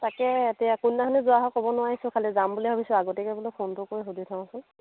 তাকে এতিয়া কোনদিনাখন যোৱা হয় ক'ব নোৱাৰিছোঁ খালি যাম বুলি ভাবিছোঁ আগতীয়াকৈ বোলো ফোনটো কৰি সুধি চাওচোন